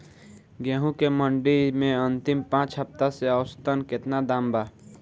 गेंहू के मंडी मे अंतिम पाँच हफ्ता से औसतन केतना दाम बा?